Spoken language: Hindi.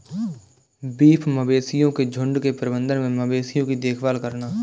बीफ मवेशियों के झुंड के प्रबंधन में मवेशियों की देखभाल करना